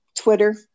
Twitter